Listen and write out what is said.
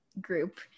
group